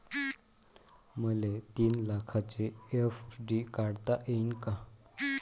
मले तीन लाखाची एफ.डी काढता येईन का?